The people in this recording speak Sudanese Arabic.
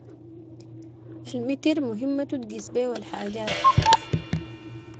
المتر مهمتو تقيس بيهو الحاجات.